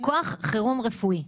כוח חירום רפואי.